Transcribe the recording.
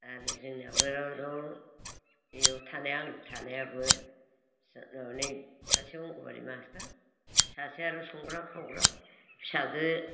आरो जोंनियाबो आरो बेयाव थानाया आं आंजों थानायाबो माबानि सासेया अंग'नबादि मास्टार सासेया आरो संग्रा खावग्रा फिसाजो